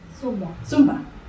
Sumba